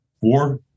four